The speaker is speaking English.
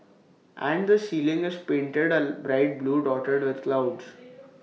and the ceiling is painted A black blue dotted with clouds